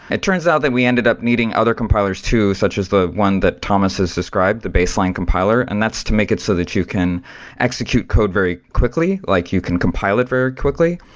it turns out that we ended up needing other compilers too, such as the one that thomas has described, the baseline compiler, and that's to make it so that you can execute code very quickly, like you can compile it very quickly.